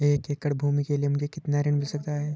एक एकड़ भूमि के लिए मुझे कितना ऋण मिल सकता है?